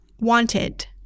Wanted